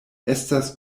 estas